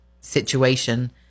situation